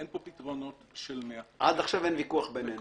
אין פה פתרונות של 100. עד עכשיו אין ויכוח בינינו.